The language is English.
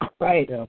Right